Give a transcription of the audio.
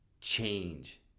change